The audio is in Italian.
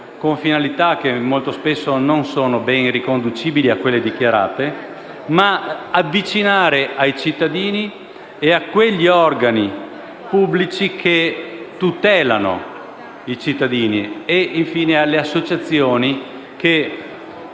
con finalità che molto spesso non sono ben riconducibili a quelle dichiarate, e la si avvicini ai cittadini, a quegli organi pubblici che tutelano i cittadini e infine alle associazioni che